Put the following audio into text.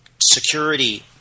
security